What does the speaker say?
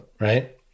right